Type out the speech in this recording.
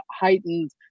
heightened